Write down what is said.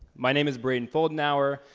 my name is braeden foldenauer.